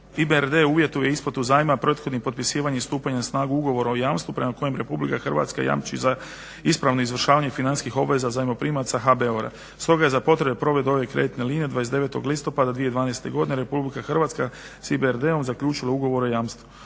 EBRD uvjetuje isplatu zajma prethodnim potpisivanjem i stupanjem na snagu ugovora o jamstvu prema kojem RH jamči za ispravno izvršavanje financijskih obaveza zajmoprimaca HBOR-a. Stoga za potrebe provedbe ove kreditne linije 29. listopada 2012. godine RH s EBRD-om zaključila Ugovor o jamstvu.